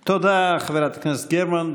תודה, חברת הכנסת גרמן.